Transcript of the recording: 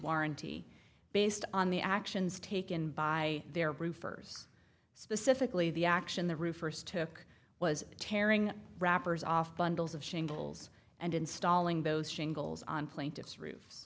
warranty based on the actions taken by their proofers specifically the action the roof first took was tearing wrappers off bundles of shingles and installing those shingles on plaintiff's roof